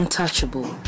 Untouchable